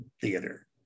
theater